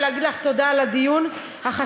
ולהגיד לך תודה על הדיון החשוב.